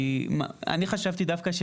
כי אני חשבתי דווקא,